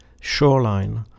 shoreline